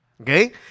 okay